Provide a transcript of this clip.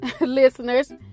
listeners